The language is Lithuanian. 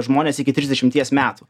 žmonės iki trisdešimties metų